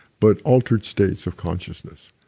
but altered states of consciousness,